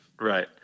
right